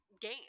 game